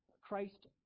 Christ